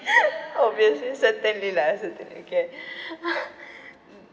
obviously certainly lah certainly okay